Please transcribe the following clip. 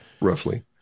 roughly